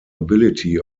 ability